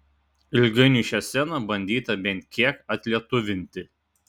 ilgainiui šią sceną bandyta bent kiek atlietuvinti